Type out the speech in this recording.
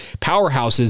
powerhouses